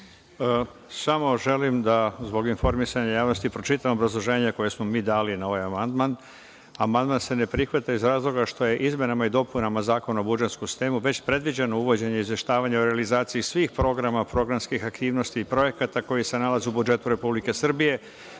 Samo želim da, zbog informisanja javnosti, pročitam obrazloženje koje smo mi dali na ovaj amandman. Amandman se ne prihvata iz razloga što je izmenama i dopunama Zakona o budžetskom sistemu već predviđeno uvođenje izveštavanja o realizaciji svih programa, programskih aktivnosti i projekata koji se nalaze u budžetu Republike Srbije,